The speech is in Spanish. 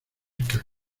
caca